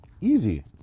easy